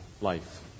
life